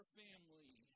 family